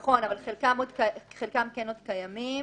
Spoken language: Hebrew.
חלקן כן עוד קיימות.